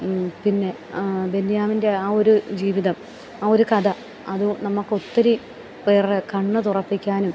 പിന്നെ ആ ബെന്യാമിൻ്റെ ആ ഒരു ജീവിതം ആ ഒരു കഥ അത് നമുക്ക് ഒത്തിരി പേരുടെ കണ്ണ് തുറപ്പിക്കാനും